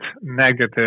negative